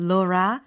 Laura